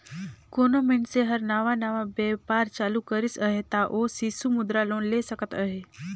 कोनो मइनसे हर नावा नावा बयपार चालू करिस अहे ता ओ सिसु मुद्रा लोन ले सकत अहे